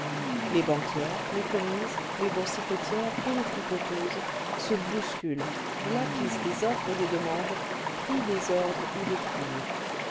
les banquières les commises les boursicotières et les tripoteuses se bousculent glapissent des offres et des demandes crient des ordres ou des cours